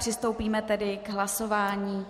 Přistoupíme tedy k hlasování.